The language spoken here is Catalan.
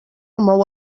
mou